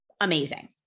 amazing